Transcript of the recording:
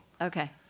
okay